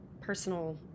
personal